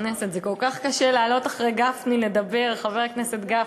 זה כל כך קשה לעלות לדבר אחרי חבר הכנסת גפני.